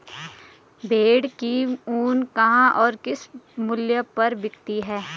भेड़ की ऊन कहाँ और किस मूल्य पर बिकती है?